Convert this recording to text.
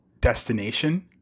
destination